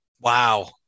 Wow